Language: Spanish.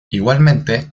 igualmente